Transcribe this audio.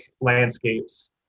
landscapes